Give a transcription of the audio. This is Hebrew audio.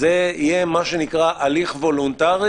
זה יהיה הליך וולונטרי.